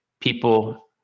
people